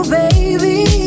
baby